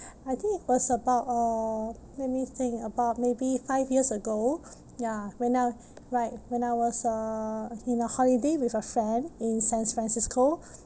I think it was about uh let me think about maybe five years ago ya when I like when I was uh in a holiday with a friend in San Francisco